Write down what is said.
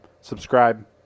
Subscribe